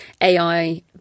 AI